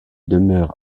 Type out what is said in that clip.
demeure